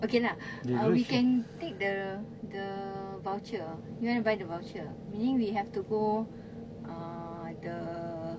okay lah uh we can take the the voucher ah you want to buy the voucher ah meaning we have to go uh the